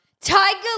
Tiger